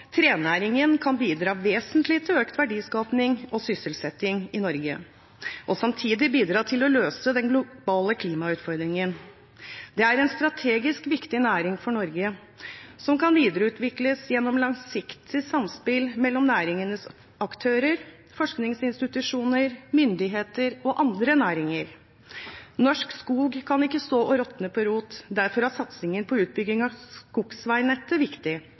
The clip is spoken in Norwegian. trenæringen kan bidra vesentlig til økt verdiskaping og sysselsetting i Norge og samtidig bidra til å løse den globale klimautfordringen. Det er en strategisk viktig næring for Norge, som kan videreutvikles gjennom langsiktig samspill mellom næringens aktører, forskningsinstitusjoner, myndigheter og andre næringer. Norsk skog kan ikke stå og råtne på rot, derfor er satsingen på utbygging av skogsveinettet viktig.